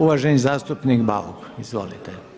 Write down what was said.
Uvaženi zastupnik Bauk, izvolite.